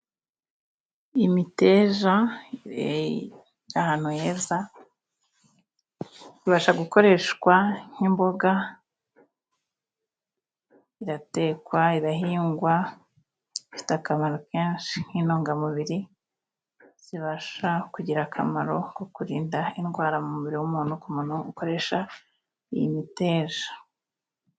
Imiteja, ahantu heza ibasha gukoreshwa nk'imboga, iratekwa, irahingwa, ifite akamaro kenshi nk'intungamubiri zibasha kugira akamaro ko kurinda indwara mu mubiri w'umuntu ku muntu ukoresha iyi miteja.